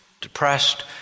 depressed